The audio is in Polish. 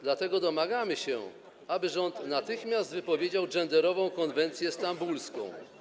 Dlatego domagamy się, aby rząd natychmiast wypowiedział genderową konwencję stambulską.